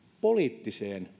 poliittiseen